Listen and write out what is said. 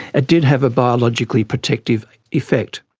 it did have a biologically protective effect.